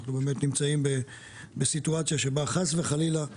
אנחנו נמצאים בסיטואציה שבה חס וחלילה,